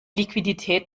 liquidität